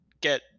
get